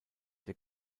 der